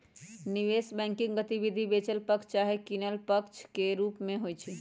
निवेश बैंकिंग गतिविधि बेचल पक्ष चाहे किनल पक्ष के रूप में होइ छइ